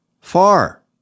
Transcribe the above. far